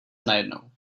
najednou